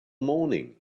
morning